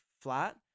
flat